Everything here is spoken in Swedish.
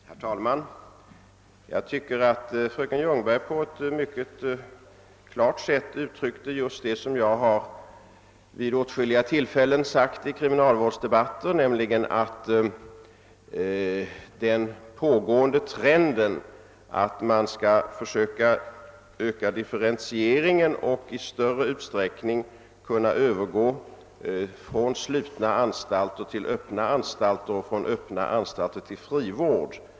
Herr talman! Jag tycker att fröken Ljungberg på ett mycket klart sätt uttryckte just det som jag vid åtskilliga tillfällen har sagt i kriminalvårdsdebatten, nämligen att den nuvarande trenden är att försöka öka differentieringen och i större utsträckning övergå från slutna till öppna anstalter och därifrån till frivård.